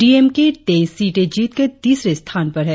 DMK तेईस सीटे जीतकर तीसरे स्थान पर है